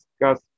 discuss